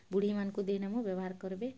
ବୁଢ଼ୀମାନ୍କୁ ଦେଇନେମୁ ବ୍ୟବହାର୍ କର୍ବେ